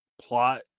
Plot